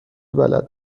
بلد